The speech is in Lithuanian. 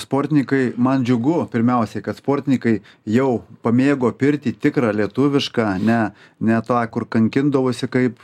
sportininkai man džiugu pirmiausiai kad sportininkai jau pamėgo pirtį tikrą lietuvišką ne ne tą kur kankindavosi kaip